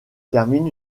termine